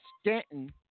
Stanton